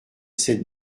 sept